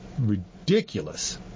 ridiculous